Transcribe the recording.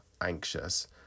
anxious